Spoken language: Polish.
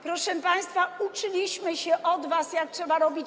Proszę państwa, uczyliśmy się od was, jak trzeba robić.